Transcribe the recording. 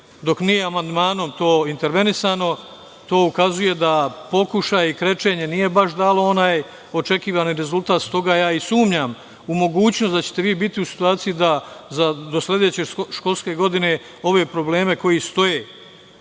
dok nije amandmanom to intervenisano. To ukazuje da pokušaj krečenja nije baš dao očekivani rezultat. Stoga sumnjam u mogućnost da ćete vi biti u situaciji da do sledeće školske godine ove probleme koji stoje